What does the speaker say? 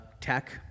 Tech